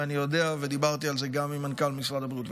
אני יודע ודיברתי על זה גם עם מנכ"ל משרד הבריאות,